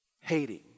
hating